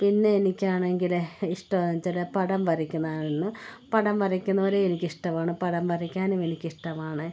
പിന്നെ എനിക്കാണെങ്കിൽ ഇഷ്ടമാണെന്ന് വച്ചാൽ പടം വരയ്ക്കുന്നതാണ് പടം വരയ്ക്കുന്നവരെ എനിക്കിഷ്ടമാണ് പടം വരയ്ക്കാനും എനിക്കിഷ്ടമാണ്